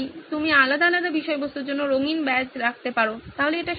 তুমি আলাদা আলাদা বিষয়বস্তুর জন্য রঙিন ব্যাজ রাখতে পারো তাহলে এটি সম্ভব